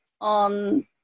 on